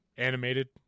animated